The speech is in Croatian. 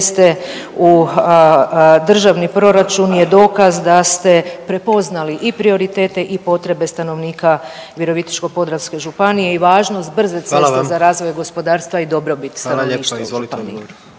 u državni proračun je dokaz da ste prepoznali i prioritete i potrebe stanovnika Virovitičko-podravske županije i važnost brze ceste …/Upadica: Hvala vam/…za razvoj gospodarstva i dobrobit stanovništva u županiji.